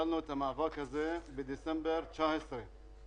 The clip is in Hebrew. התחלנו את המאבק הזה בדצמבר 2019 וקיבלנו